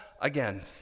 again